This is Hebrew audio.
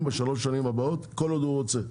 בשלוש השנים הבאות כל עוד הוא רוצה,